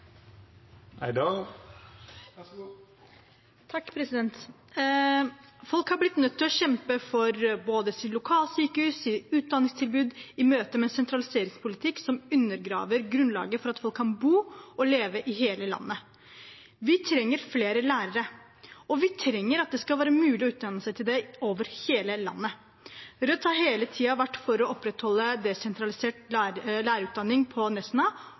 utdanningstilbud i møte med en sentraliseringspolitikk som undergraver grunnlaget for at folk kan bo og leve i hele landet. Vi trenger flere lærere, og vi trenger at det skal være mulig å utdanne seg til lærer over hele landet. Rødt har hele tiden vært for å opprettholde en desentralisert lærerutdanning på Nesna